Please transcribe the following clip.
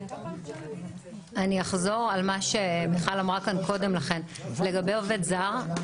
אני אחזור על מה שמיכל אמרה כאן קודם לכן לגבי עובד זר,